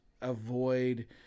avoid